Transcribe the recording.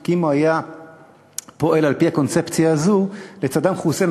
כי אם הוא היה פועל על-פי הקונספציה הזאת לסדאם חוסיין